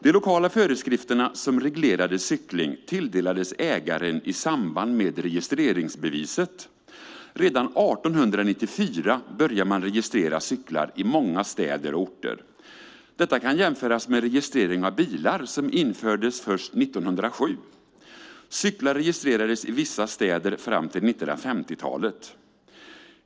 De lokala föreskrifterna som reglerade cykling tilldelades ägaren i samband med registreringsbeviset. Redan 1894 började man registrera cyklar i många städer och orter. Detta kan jämföras med registrering av bilar som infördes först 1907. Cyklar registrerades i vissa städer fram till mitten av 1950-talet.